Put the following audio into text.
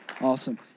Awesome